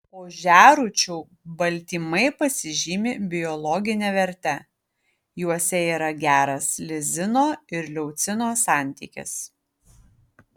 ožiarūčių baltymai pasižymi biologine verte juose yra geras lizino ir leucino santykis